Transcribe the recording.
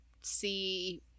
see